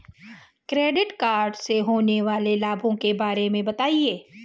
Credit card से होने वाले लाभों के बारे में बताएं?